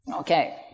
Okay